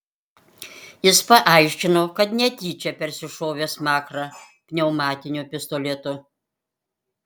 jis paaiškino kad netyčia persišovė smakrą pneumatiniu pistoletu